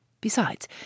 Besides